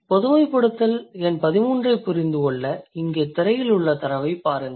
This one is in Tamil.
பொதுமைப்படுத்தல் எண் 13 ஐப் புரிந்து கொள்ள இங்கே திரையில் உள்ள தரவைப் பாருங்கள்